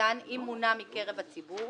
המשפטן אם מונה מקרב הציבור,